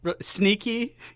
Sneaky